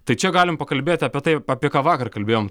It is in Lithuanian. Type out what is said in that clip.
tai čia galim pakalbėti apie tai apie ką vakar kalbėjom